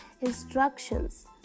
instructions